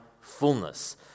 fullness